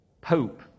Pope